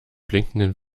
blinkenden